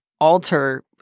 alter